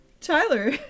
Tyler